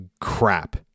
crap